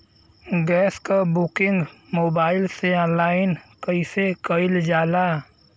Gas क booking mobile से online कईसे कईल जाला?